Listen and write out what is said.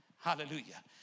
hallelujah